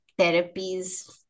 therapies